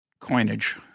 coinage